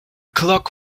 clock